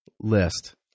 list